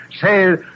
say